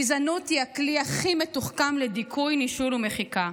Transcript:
גזענות היא הכלי הכי מתוחכם לדיכוי, נישול ומחיקה,